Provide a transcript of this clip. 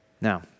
Now